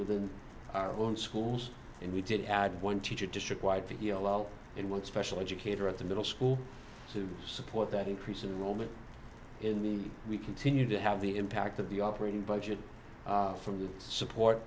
within our own schools and we did add one teacher district wide video in one special educator at the middle school to support that increase in woman in the we continue to have the impact of the operating budget from the support